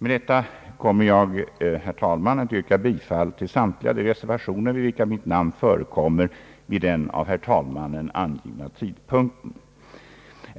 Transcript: Med detta kommer jag, herr talman, att yrka bifall till samtliga de reservationer, där mitt namn förekommer, vid den av herr talmannen angivna tidpunkten.